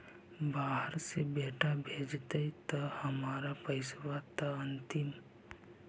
बाहर से बेटा भेजतय त हमर पैसाबा त अंतिम?